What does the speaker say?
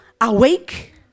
awake